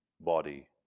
body